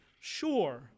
sure